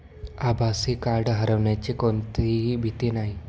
आभासी कार्ड हरवण्याची कोणतीही भीती नाही